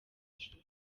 shusho